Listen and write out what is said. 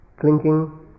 clinking